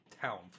town